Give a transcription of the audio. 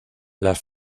las